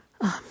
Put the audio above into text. Amen